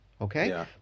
Okay